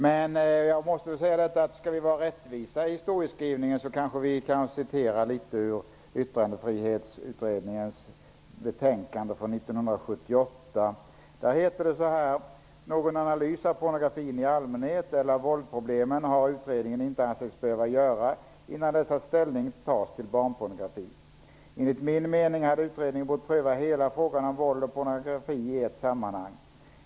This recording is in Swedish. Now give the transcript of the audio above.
Men om vi skall vara litet rättvisa i historieskrivningen kan vi citera ur 1978: ''Någon analys av pornografin i allmänhet eller av våldproblemen har utredningen inte ansett sig behöva göra innan dess att ställning tas till barnpornografin. Enligt min mening hade utredningen bort pröva hela frågan om våld och pornografi i ett sammanhang.